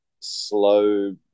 slow